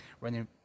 running